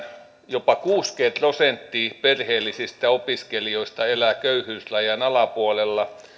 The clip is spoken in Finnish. jopa kuusikymmentä prosenttia perheellisistä opiskelijoista elää köyhyysrajan alapuolella